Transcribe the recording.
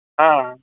हा